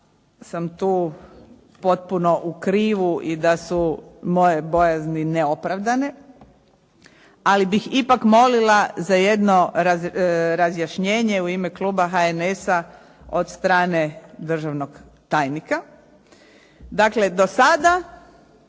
sam tu potpuno u krivu i da su moje bojazni neopravdane, ali bih ipak molila za jedno razjašnjenje u ime kluba HNS-a od strane državnog tajnika. Dakle, do sada